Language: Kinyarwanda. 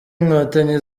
inkotanyi